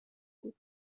بود